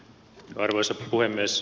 arvoisa puhemies